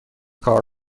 کار